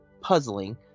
puzzling